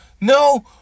No